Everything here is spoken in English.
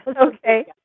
Okay